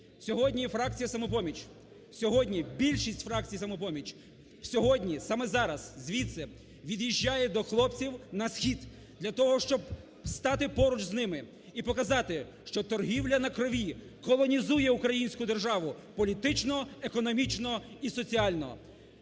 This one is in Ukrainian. Сьогодні фракція "Самопоміч", сьогодні більшість фракції "Самопоміч", сьогодні, саме зараз, звідси від'їжджає до хлопців на схід для того, щоб встати поруч з ними і показати, що торгівля на крові колонізує українську державу політично, економічно і соціально.